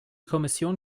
kommission